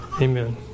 Amen